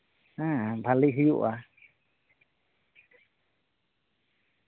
ᱦᱮᱸ ᱵᱷᱟᱹᱞᱤ ᱦᱩᱭᱩᱜᱼᱟ